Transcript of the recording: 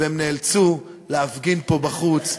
והם נאלצו להפגין פה בחוץ.